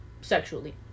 sexually